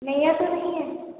नया तो नहीं है